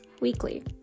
weekly